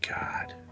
God